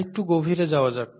আর একটু গভীরে যাওয়া যাক